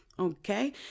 Okay